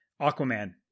Aquaman